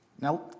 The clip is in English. Now